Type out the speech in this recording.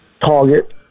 Target